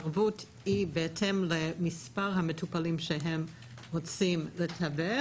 הערבות היא בהתאם למספר המטופלים שהם רוצים לתווך.